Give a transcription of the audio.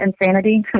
insanity